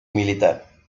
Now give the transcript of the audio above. militar